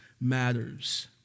matters